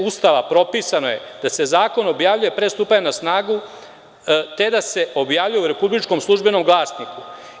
Ustava, propisano je da se zakon objavljuje pre stupanja na snagu, te da se objavljuje u republičkom „Službenom glasniku“